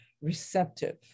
receptive